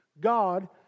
God